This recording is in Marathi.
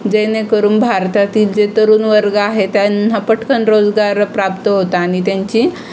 जेणेकरून भारतातील जे तरुण वर्ग आहेत त्यांना पटकन रोजगार प्राप्त होतो आणि त्यांची